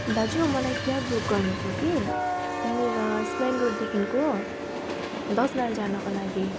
दाजु मलाई cab book गर्नु थियो कि यहाँनिर श मेन रोडदेखिको दस माइल जानको लागि